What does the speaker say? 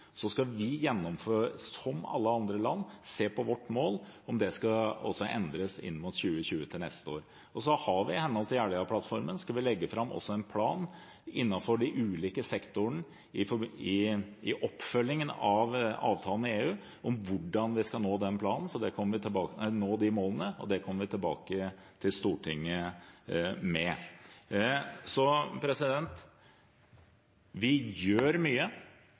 Så skal vi, som alle andre land, se på vårt mål – om det skal endres inn mot 2020 til neste år. Så skal vi i henhold til Jeløya-plattformen legge fram en plan innenfor de ulike sektorene i oppfølgingen av avtalen med EU om hvordan vi skal nå målene i den planen, så det kommer vi tilbake til Stortinget med. Vi gjør mye. Vi har mål. Vi skal jobbe med om vi skal forsterke de målene. Vi